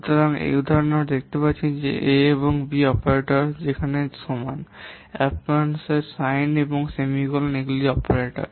সুতরাং এই উদাহরণে আমরা দেখতে পাচ্ছি যে a এবং b অপারেটস যেখানে সমান অ্যাম্পারস্যান্ড সাইন এবং সেমিকোলন এগুলি অপারেটর